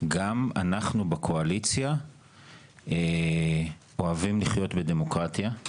גם אנחנו בקואליציה אוהבים לחיות בדמוקרטיה.